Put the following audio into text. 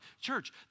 church